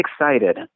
excited